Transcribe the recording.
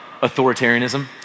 authoritarianism